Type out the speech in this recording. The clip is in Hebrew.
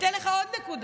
אני אתן לך עוד נקודה.